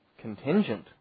contingent